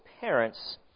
parents